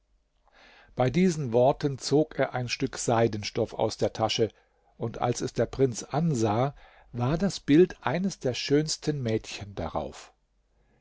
bei diesen worten zog er ein stück seidenstoff aus der tasche und als es der prinz ansah war das bild eines der schönsten mädchen darauf